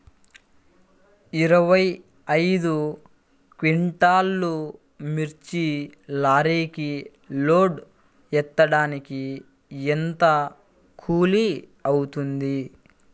ఇరవై ఐదు క్వింటాల్లు మిర్చి లారీకి లోడ్ ఎత్తడానికి ఎంత కూలి అవుతుంది?